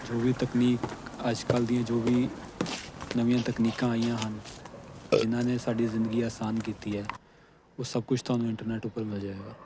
ਜੋ ਵੀ ਤਕਨੀਕ ਅੱਜ ਕੱਲ੍ਹ ਦੀਆਂ ਜੋ ਵੀ ਨਵੀਆਂ ਤਕਨੀਕਾਂ ਆਈਆਂ ਹਨ ਜਿਨਾਂ ਨੇ ਸਾਡੀ ਜ਼ਿੰਦਗੀ ਆਸਾਨ ਕੀਤੀ ਹੈ ਉਹ ਸਭ ਕੁਛ ਤੁਹਾਨੂੰ ਇੰਟਰਨੈਟ ਉੱਪਰ ਮਿਲ ਜਾਵੇਗਾ